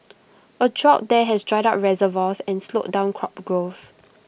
A drought there has dried up reservoirs and slowed down crop growth